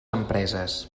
empreses